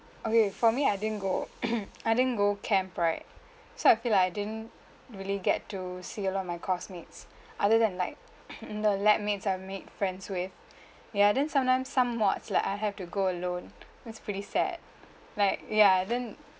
okay for me I didn't go I didn't go camp right so I feel I didn't really get to see a lot of my course mates other than like the lab mates I made friends with ya then like sometimes some like I have to go alone it was pretty sad like ya then